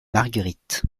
marguerite